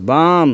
बाम